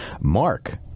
Mark